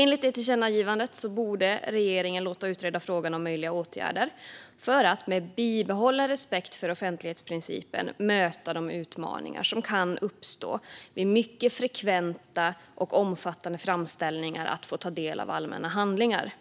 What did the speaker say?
Enligt tillkännagivandet borde regeringen låta utreda frågan om möjliga åtgärder för att, med bibehållen respekt för offentlighetsprincipen, möta de utmaningar som kan uppstå vid mycket frekventa och omfattande framställningar om att få ta del av allmänna handlingar.